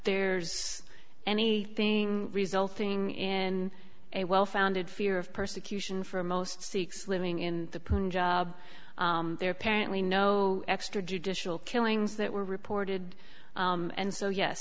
there's anything resulting in a well founded fear of persecution for most sikhs living in the punjab there apparently no extrajudicial killings that were reported and so yes